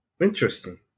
Interesting